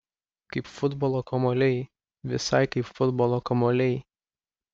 kaip futbolo kamuoliai visai kaip futbolo kamuoliai